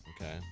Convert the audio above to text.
Okay